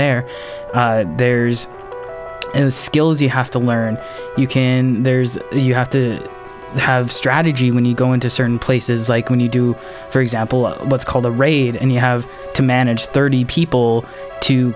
there there's the skills you have to learn you can there's a you have to have strategy when you go into certain places like when you do for example of what's called a raid and you have to manage thirty people to